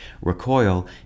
Recoil